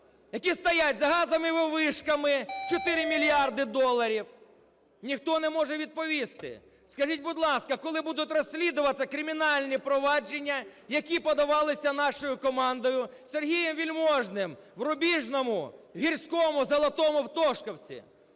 які стоять за газовими вишками в 4 мільярди доларів. Ніхто не може відповісти. Скажіть, будь ласка, коли будуть розслідуватися кримінальні провадження, які подавалися нашою командою, Сергієм Вельможним, в Рубіжному, Гірському, Золотому, в Тошківці?